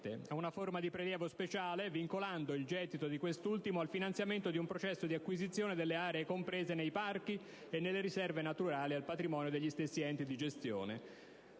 a una forma di prelievo speciale, e vincolando il gettito di quest'ultimo al finanziamento di un processo di acquisizione delle aree comprese nei parchi e nelle riserve naturali al patrimonio degli stessi enti di gestione,